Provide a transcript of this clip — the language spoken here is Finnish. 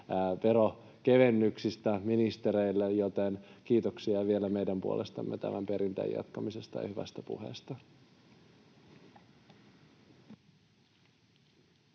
veronkevennyksistä ministereille, joten kiitoksia vielä meidän puolestamme tämän perinteen jatkamisesta ja hyvästä puheesta.